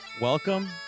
Welcome